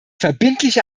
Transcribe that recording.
verbindliche